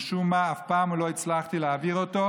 משום מה אף פעם לא הצלחתי להעביר אותו,